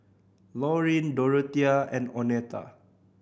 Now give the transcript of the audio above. Lauryn Dorothea and Oneta